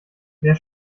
wer